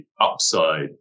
upside